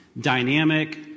dynamic